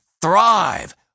thrive